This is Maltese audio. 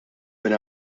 minn